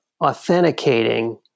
authenticating